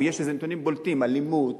או יש איזה נתונים בולטים: אלימות,